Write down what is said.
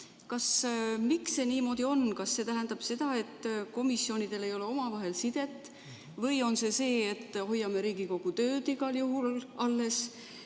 48. Miks see niimoodi on? Kas see tähendab seda, et komisjonidel ei ole omavahel sidet, või on see tingitud sellest, et hoiame Riigikogu tööd igal juhul alles?